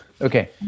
Okay